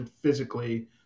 physically